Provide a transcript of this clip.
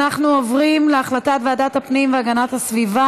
אנחנו עוברים להחלטת ועדת הפנים והגנת הסביבה